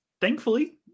thankfully